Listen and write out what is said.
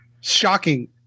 shocking